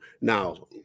Now